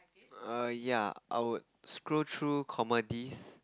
err ya I would scroll through comedies